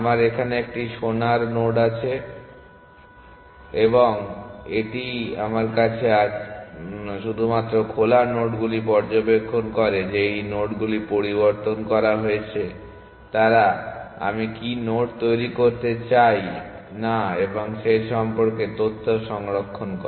আমার এখানে একটি সোনার নোড আছে এবং এটিই আমার কাছে আছে শুধুমাত্র খোলা নোডগুলি পর্যবেক্ষণ করে যে এই নোডগুলি পরিবর্তন করা হয়েছে তারা আমি কী নোড তৈরি করতে চাই না এবং সে সম্পর্কে তথ্য সংরক্ষণ করে